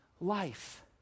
life